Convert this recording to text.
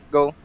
Go